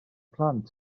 plant